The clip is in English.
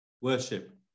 worship